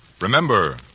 Remember